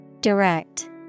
Direct